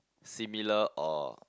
similar or